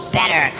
better